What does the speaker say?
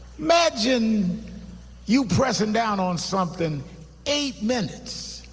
imagine you pressing down on something eight minutes,